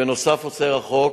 בנוסף, החוק